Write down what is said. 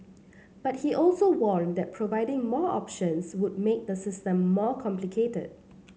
but he also warned that providing more options would make the system more complicated